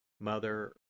Mother